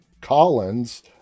Collins